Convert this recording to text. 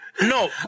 No